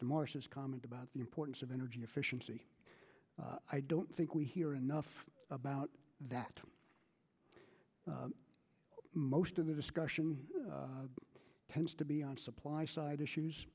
the marshes comment about the importance of energy efficiency i don't think we hear enough about that most of the discussion tends to be on supply side issues